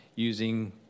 Using